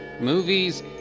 movies